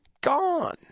gone